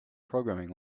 programming